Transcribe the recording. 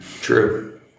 True